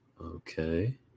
Okay